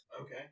Okay